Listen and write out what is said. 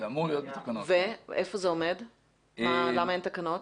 למה אין תקנות?